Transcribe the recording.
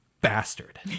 bastard